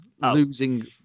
Losing